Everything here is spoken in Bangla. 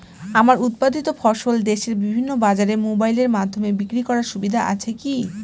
আমার উৎপাদিত ফসল দেশের বিভিন্ন বাজারে মোবাইলের মাধ্যমে বিক্রি করার সুবিধা আছে কি?